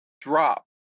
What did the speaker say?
drop